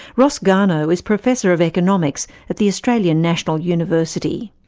ross garnaut is professor of economics at the australian national university.